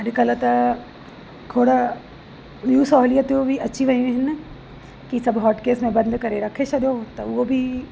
अॼुकल्ह त खोड़ ॿियूं सोहलतियूं बि अची वियूं आहिनि की सभु हॉट केस में बंदि करे रखे छॾियो त उहो बि